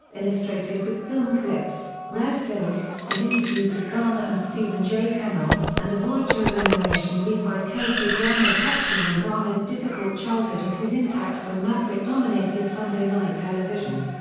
illustrated with film clips, rare stills, and interviews with garner and stephen j. cannell, and a voiceover narration read by kelsey grammer touching on garner's difficult childhood and his impact when maverick dominated sunday night television.